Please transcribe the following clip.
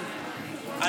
ואטורי, מי העצורים?